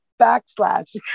backslash